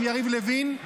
עם יריב לוין.